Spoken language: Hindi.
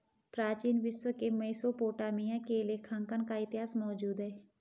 प्राचीन विश्व के मेसोपोटामिया में लेखांकन का इतिहास मौजूद है